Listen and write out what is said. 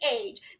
age